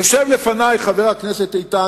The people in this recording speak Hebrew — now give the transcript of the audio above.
יושב לפני חבר הכנסת איתן,